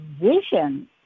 vision